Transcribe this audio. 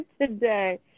today